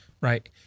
Right